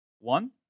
One